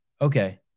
Okay